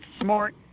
smart